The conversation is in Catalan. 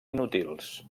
inútils